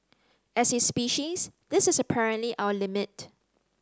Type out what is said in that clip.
as a species this is apparently our limit